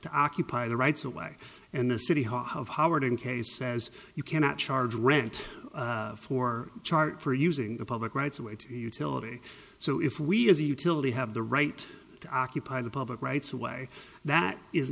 to occupy the rights away and the city hall of howard in case says you cannot charge rent for chart for using the public rights of way to utility so if we as a utility have the right to occupy the public rights away that is